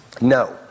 No